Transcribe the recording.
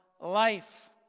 life